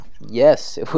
Yes